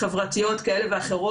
חברתיות כאלה ואחרות,